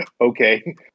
okay